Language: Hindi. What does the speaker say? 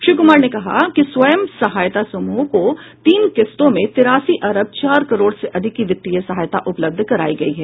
श्री कुमार ने कहा कि स्वयं सहायता समूहों को तीन किस्तों में तिरासी अरब चार करोड़ से अधिक की वित्तीय सहायता उपलब्ध करायी गयी है